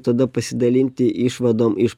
tada pasidalinti išvadom iš